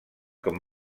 com